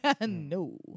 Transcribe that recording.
No